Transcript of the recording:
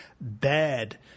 bad